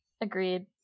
Agreed